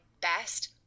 best